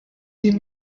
die